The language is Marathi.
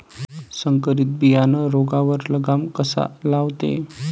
संकरीत बियानं रोगावर लगाम कसा लावते?